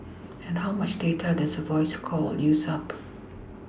and how much data does a voice call use up